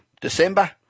December